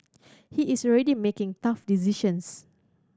he is already making tough decisions